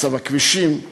מצב הכבישים,